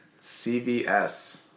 CVS